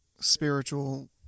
spiritual